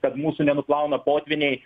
kad mūsų nenuplauna potvyniai